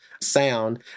sound